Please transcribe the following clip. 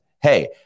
hey